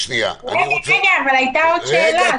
אבל הייתה לי עוד שאלה.